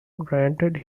granted